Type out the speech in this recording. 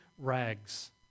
Rags